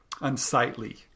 unsightly